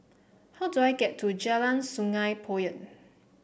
how do I get to Jalan Sungei Poyan